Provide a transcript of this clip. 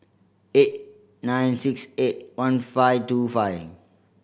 eight nine six eight one five two five